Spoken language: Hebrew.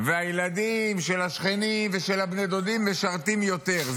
והילדים של השכנים ושל בני הדודים משרתים יותר.